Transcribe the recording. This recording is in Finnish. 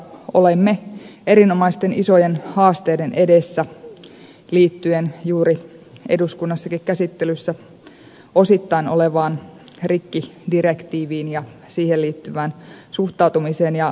olemme erinomaisen isojen haasteiden edessä liittyen juuri eduskunnassakin käsittelyssä osittain olevaan rikkidirektiiviin ja siihen liittyvään suhtautumiseen